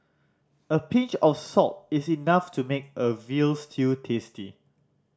a pinch of salt is enough to make a veal stew tasty